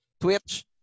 Twitch